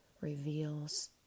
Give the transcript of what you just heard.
reveals